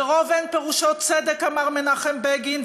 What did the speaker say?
ורוב אין פירושו צדק, אמר מנחם בגין.